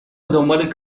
دنبال